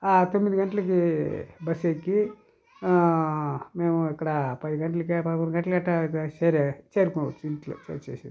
తొమ్మిది గంటలకి బస్సు ఎక్కి మేము ఇక్కడ పది గంటలకు పదకొండు గంటలకి అట్టా చేరి చేరుకోవచ్చు ఇంట్లో వచ్చేసి